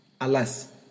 Alas